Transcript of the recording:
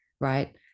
right